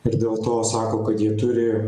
ir dėl to sako kad jie turi